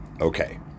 okay